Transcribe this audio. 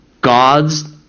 God's